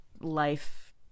life